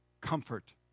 comfort